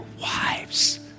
wives